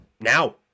now